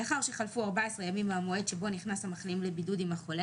לאחר שחלפו 14 ימים מהמועד שבו נכנס המחלים לבידוד עם החולה,